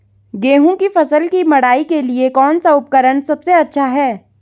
गेहूँ की फसल की मड़ाई के लिए कौन सा उपकरण सबसे अच्छा है?